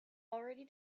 already